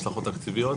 השלכות תקציביות,